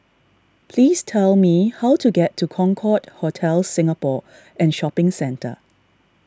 please tell me how to get to Concorde Hotel Singapore and Shopping Centre